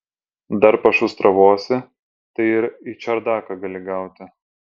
dar pašustravosi tai ir į čerdaką gauti gali